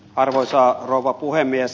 arvoisa rouva puhemies